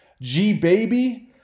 G-Baby